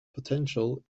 potential